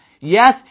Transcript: Yes